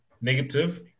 negative